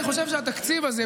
אני חושב שהתקציב הזה,